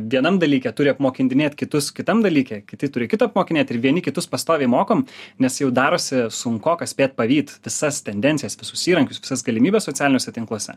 vienam dalyke turi apmokindinėt kitus kitam dalyke kiti turi kitą apmokinėt ir vieni kitus pastoviai mokom nes jau darosi sunkoka spėt pavyt visas tendencijas visus įrankius visas galimybes socialiniuose tinkluose